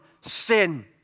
sin